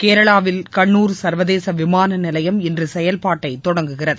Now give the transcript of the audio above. கேரளாவில் கண்ணூர் சர்வதேச விமானநிலையம் இன்று செயல்பாட்டை தொடங்குகிறது